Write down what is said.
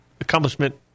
accomplishment